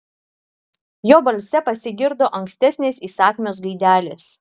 jo balse pasigirdo ankstesnės įsakmios gaidelės